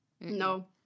No